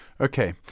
Okay